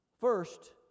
First